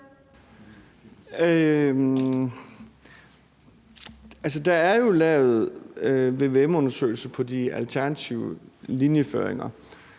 der er jo lavet vvm-undersøgelser på de alternative linjeføringer.